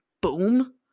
boom